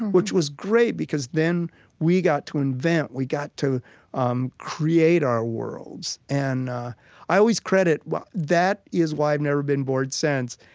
and which was great, because then we got to invent, we got to um create our worlds. and i always credit that is why i've never been bored since.